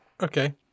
Okay